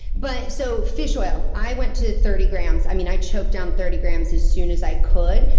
but so fish oil, i went to thirty grams. i mean, i choked down thirty grams as soon as i could.